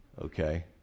okay